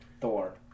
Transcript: Thor